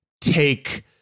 take